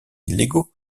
illégaux